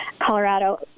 Colorado